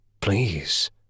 Please